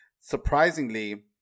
surprisingly